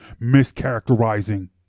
mischaracterizing